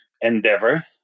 endeavor